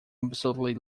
absolutely